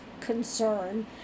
concern